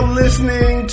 listening